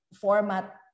format